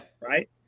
right